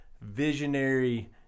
visionary